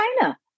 China